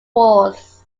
wars